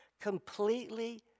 completely